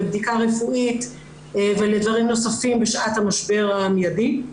לבדיקה רפואית ולדברים נוספים בשעת המשבר המיידי.